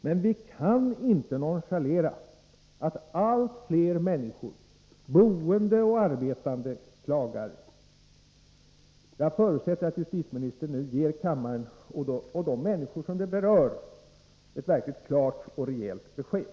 Men vi kan inte nonchalera att allt fler människor, boende och arbetande, klagar. Jag förutsätter att justitieministern nu ger kammaren och de berörda människorna ett verkligt klart och rejält besked.